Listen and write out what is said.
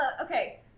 okay